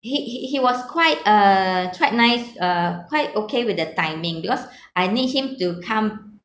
he he he was quite uh quite nice uh quite okay with the timing because I need him to come